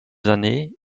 années